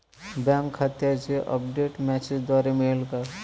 Bank खात्याचे update मेसेजद्वारे मिळेल का?